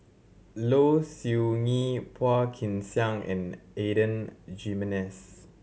Low Siew Nghee Phua Kin Siang and Adan Jimenez